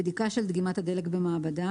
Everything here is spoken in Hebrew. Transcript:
"בדיקה של דגימת הדלק במעבדה